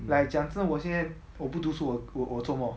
like 讲真的我现在我不读书我做么